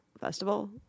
festival